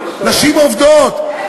נשים עובדות,